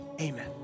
Amen